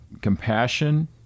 compassion